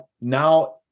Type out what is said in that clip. now